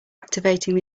activating